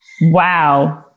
wow